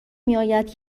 میآید